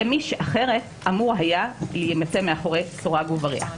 יהיה מי שאחרת אמור היה להימצא מאחורי סורג ובריח.